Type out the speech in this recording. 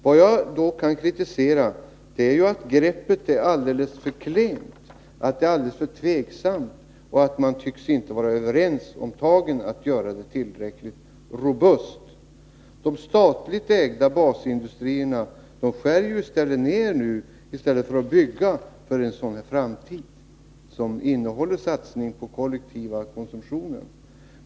Vad jag kan kritisera är att greppet är alldeles för klent, alldeles för tveksamt, och att man inte tycks vara överens om tagen att göra det tillräckligt robust. De statligt ägda basindustrierna skär nu ned i stället för att bygga för en framtid som innehåller satsning på den kollektiva konsumtionen.